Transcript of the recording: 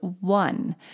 one